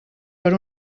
per